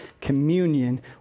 communion